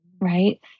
right